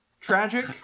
tragic